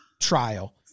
trial